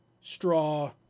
straw